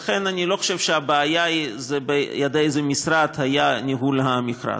לכן אני לא חושב שהבעיה היא בידי איזה משרד היה ניהול המכרז.